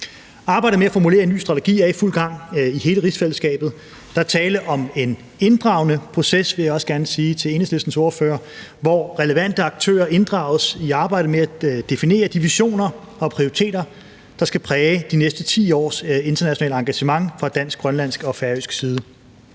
Arbejdet med at formulere en ny strategi er i fuld gang i hele rigsfællesskabet. Der er tale om en inddragende proces, vil jeg også gerne sige til Enhedslistens ordfører, hvor relevante aktører inddrages i arbejdet med at definere de visioner og prioriteter, der skal præge de næste 10 års internationale engagement fra dansk, grønlandsk og færøsk side.